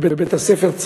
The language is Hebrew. ובית-הספר,